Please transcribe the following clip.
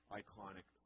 iconic